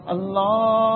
Allah